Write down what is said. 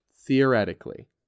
Theoretically